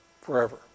forever